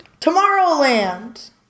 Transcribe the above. Tomorrowland